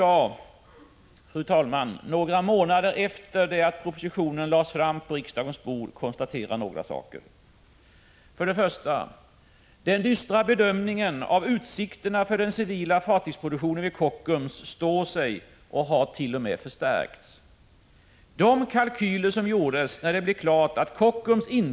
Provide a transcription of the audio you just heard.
Jag kan i dag, några månader efter det att propositionen lades på riksdagens bord, konstatera några saker: Det första konstaterandet är att den dystra bedömningen av utsikterna för den civila fartygsproduktionen vid Kockums står sig och t.o.m. har förstärkts. De kalkyler som gjordes när det blev klart att Kockumsinte kunde = Prot.